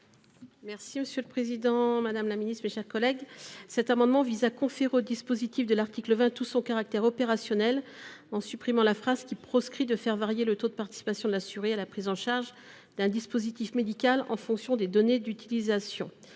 est ainsi libellé : La parole est à Mme la rapporteure. Cet amendement vise à conférer au dispositif de l’article 20 tout son caractère opérationnel en supprimant la phrase qui proscrit de faire varier le taux de participation de l’assuré à la prise en charge d’un dispositif médical en fonction des données d’utilisation.